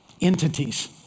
entities